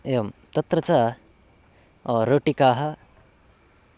एवं तत्र च रोटिकाः